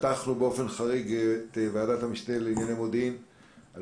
פתחנו באופן חריג את דיוני ועדת המשנה לענייני מודיעין על